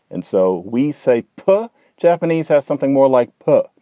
and so we say poor japanese has something more like put.